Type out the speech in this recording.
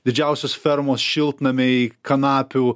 didžiausios fermos šiltnamiai kanapių